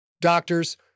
Doctors